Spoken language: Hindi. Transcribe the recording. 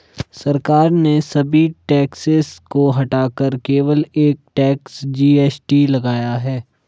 सरकार ने सभी टैक्सेस को हटाकर केवल एक टैक्स, जी.एस.टी लगाया है